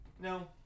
No